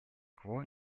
кво